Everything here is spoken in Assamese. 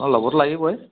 অঁ ল'বতো লাগিবই